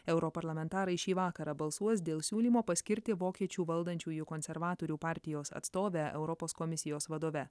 europarlamentarai šį vakarą balsuos dėl siūlymo paskirti vokiečių valdančiųjų konservatorių partijos atstovę europos komisijos vadove